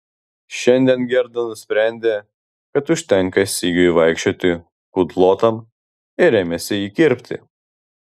šiandien gerda nusprendė kad užtenka sigiui vaikščioti kudlotam ir ėmėsi jį kirpti